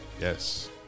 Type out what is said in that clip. Yes